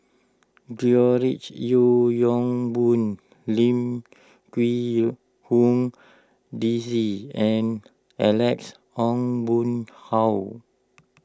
George Yeo Yong Boon Lim Quee Hong Daisy and Alex Ong Boon Hau